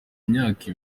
imyaka